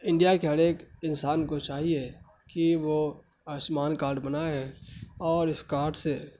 India کے ہر ایک انسان کو چاہیے کہ وہ آیوشمان کارڈ بنائے اور اس کارڈ سے